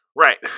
Right